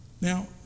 Now